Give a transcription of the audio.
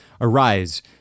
Arise